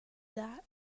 that